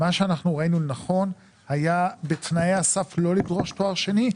מה שאנחנו ראינו לנכון היה בתנאי הסף לא לדרוש תואר שני,